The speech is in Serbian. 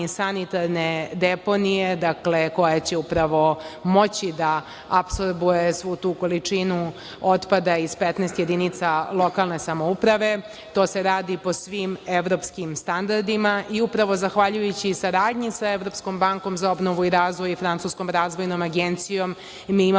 sanitarne deponije koja će upravo moći da apsorbuje svu tu količinu otpada iz 15 jedinica lokalne samouprave. To se radi po svim evropskim standardima i upravo zahvaljujući saradnji sa Evropskom bankom za obnovu i razvoj i Francuskom razvojnom agencijom mi imamo